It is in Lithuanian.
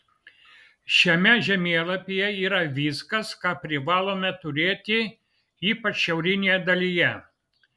šiame žemėlapyje yra viskas ką privalome turėti ypač šiaurinėje dalyje